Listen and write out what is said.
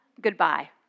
goodbye